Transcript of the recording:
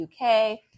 uk